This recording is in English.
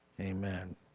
Amen